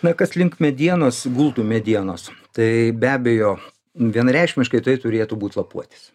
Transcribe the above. na kas link medienos gultų medienos tai be abejo vienareikšmiškai tai turėtų būt lapuotis